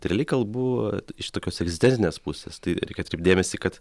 tai realiai kalbu iš tokios egzistencinės pusės tai reikia atkreipt dėmesį kad